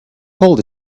cold